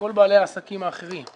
מכל בעלי העסקים האחרים?